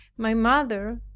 my mother,